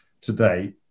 today